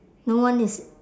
no one is